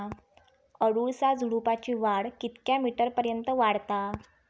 अडुळसा झुडूपाची वाढ कितक्या मीटर पर्यंत वाढता?